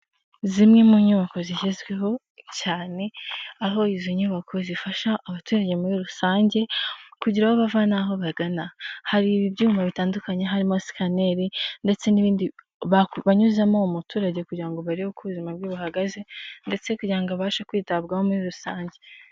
Zimwe mu nyubako zigezweho cyane, aho izi nyubako zifasha abaturage muri rusange kugira aho bava n'aho bagana, hari ibyuma bitandukanye harimo sikaneri ndetse n'ibindi banyuzemo umuturage kugira ngo barebe uko ubuzima bwe buhagaze ndetse kugira ngo abashe kwitabwaho muri rusange.